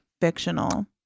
fictional